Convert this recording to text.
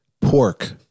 pork